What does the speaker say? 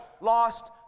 lost